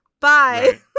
Bye